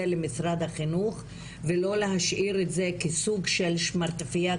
למשרד החינוך ולא להשאיר את זה כסוג של "שמרטפיה",